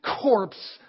corpse